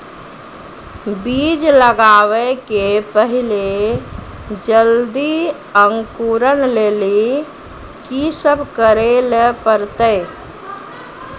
बीज लगावे के पहिले जल्दी अंकुरण लेली की सब करे ले परतै?